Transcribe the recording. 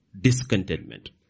discontentment